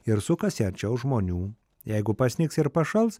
ir sukasi arčiau žmonių jeigu pasnigs ir pašals